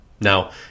now